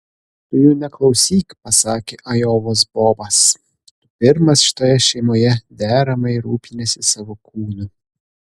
tu jų neklausyk pasakė ajovos bobas tu pirmas šitoje šeimoje deramai rūpiniesi savo kūnu